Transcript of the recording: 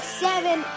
seven